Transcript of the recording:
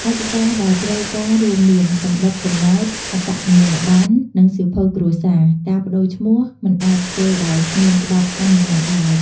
ឯកសារដែលត្រូវការរួមមាន សំបុត្រកំណើត អត្តសញ្ញាណប័ណ្ណ និងសៀវភៅគ្រួសារ ការប្ដូរឈ្មោះមិនអាចធ្វើដោយគ្មានច្បាប់អនុញ្ញាតឡើយ។